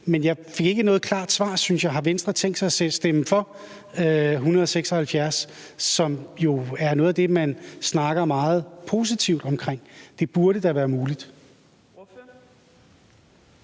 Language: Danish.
Men jeg fik ikke noget klart svar, synes jeg, på, om Venstre har tænkt sig at stemme for L 176, som jo er noget af det, man snakker meget positivt om. Det burde da være muligt.